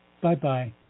Bye-bye